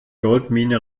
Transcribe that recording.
goldmine